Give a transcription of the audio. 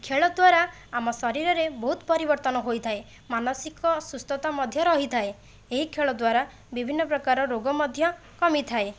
ଖେଳ ଦ୍ଵାରା ଆମ ଶରୀରରେ ବହୁତ ପରିବର୍ତ୍ତନ ହୋଇଥାଏ ମାନସିକ ସୁସ୍ଥତା ମଧ୍ୟ ରହିଥାଏ ଏହି ଖେଳ ଦ୍ଵାରା ବିଭିନ୍ନ ପ୍ରକାର ରୋଗ ମଧ୍ୟ କମିଥାଏ